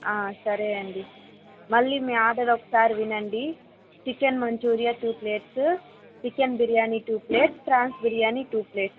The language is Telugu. సరే అండి మళ్లీ మీ ఆర్డర్ ఒకసారి వినండి chicken manchurian two plates chicken biryani two plates prawns biryani two plates